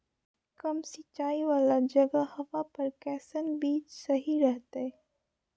कम सिंचाई वाला जगहवा पर कैसन बीज सही रहते?